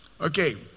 Okay